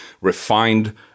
refined